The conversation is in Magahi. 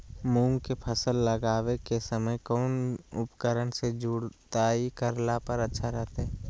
मूंग के फसल लगावे के समय कौन उपकरण से जुताई करला पर अच्छा रहतय?